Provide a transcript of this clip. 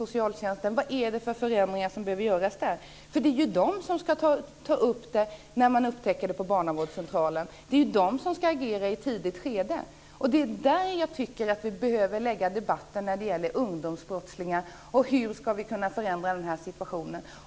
Vilka förändringar behöver göras inom den? Det är ju den som ska ta upp fall som upptäcks på barnavårdscentralen. Det är den som ska agera i tidigt skede. Jag tycker att det är om detta som vi behöver debattera när det gäller ungdomsbrottslighet. Hur ska vi kunna förändra den här situationen?